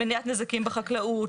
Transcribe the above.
למניעת נזקים בחקלאות,